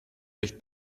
echt